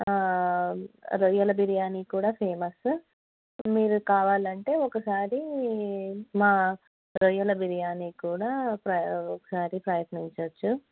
రొయ్యల బిర్యానీ కూడా ఫేమస్ మీరు కావాలంటే ఒకసారి మా రొయ్యల బిర్యానీ కూడా ప్ర ఒకసారి ప్రయత్నించచ్చు